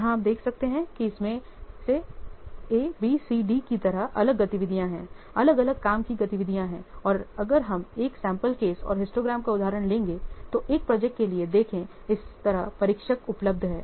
यहां आप देख सकते हैं कि इसमें से A B C D की तरह अलग गतिविधियाँ हैं अलग अलग काम की गतिविधियाँ हैं और अगर हम एक सैंपल केस और हिस्टोग्राम का उदाहरण लेंगे तो एक प्रोजेक्ट के लिए देखें इस तरह परीक्षक उपलब्ध है